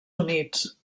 units